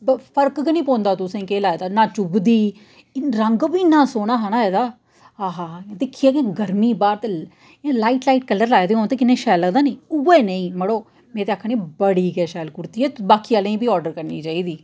फर्क गै निं पौदां तुसें केह् लाए दा नां चुभदी रंग बी इन्ना सोह्ना हा ना एह्दा आहा आहा दिक्खियै गर्मी बादल इयां लाइट लाइट कलर लाए दे होन तां किन्ना शैल लगदा निं उऐ नेईं मड़ो में ते आखनी बड़ी गै शैल कुर्ती ऐ बाकी आह्लें बी आर्डर करनी चाहिदी